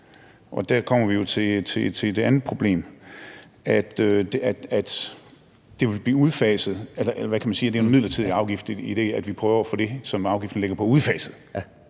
og dér kommer vi jo til et andet problem, nemlig at det vil blive udfaset, eller hvad kan man sige; det er jo en midlertidig afgift, idet vi prøver at få det, som afgiften ligger på, udfaset.